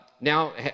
Now